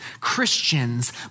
Christians